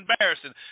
embarrassing